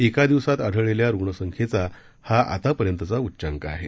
एका दिवसात आढळलेल्या रुग्णसंख्येचा हा आतापर्यंतचा उच्चांक आहे